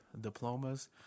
diplomas